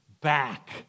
back